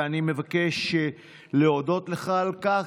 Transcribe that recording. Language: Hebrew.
ואני מבקש להודות לך על כך.